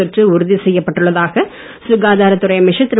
தொற்று உறுதிசெய்யப் பட்டுள்ளதாக சுகாதாரத்துறை அமைச்சர் திரு